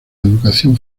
educación